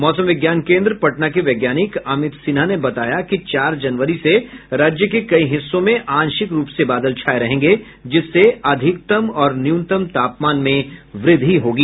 मौसम विज्ञान केन्द्र पटना के वैज्ञानिक अमित सिन्हा ने बताया कि चार जनवरी से राज्य के कई हिस्सों में आंशिक रूप से बादल छाये रहेंगे जिससे अधिकतम और न्यूनतम तापमान में व्रद्धि होगी